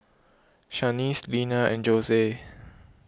Shaniece Leala and Jose